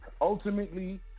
Ultimately